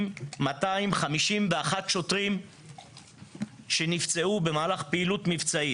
2,251 שוטרים שנפצעו במהלך פעילות מבצעית.